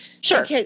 Sure